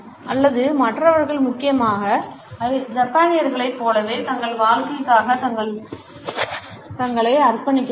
அல்லது மற்றவர்கள் முக்கியமாக ஜப்பானியர்களைப் போலவே தங்கள் வாழ்க்கைக்காக தங்கள் வாழ்க்கையை அர்ப்பணிக்கிறார்கள்